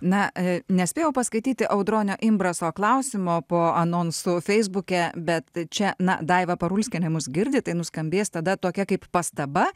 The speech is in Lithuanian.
na nespėjau paskaityti audronio imbraso klausimo po anonsų feisbuke bet čia na daiva parulskienė mus girdi tai nuskambės tada tokia kaip pastaba